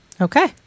Okay